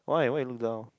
why why you look down